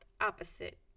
opposite